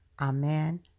Amen